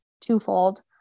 twofold